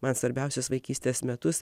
man svarbiausius vaikystės metus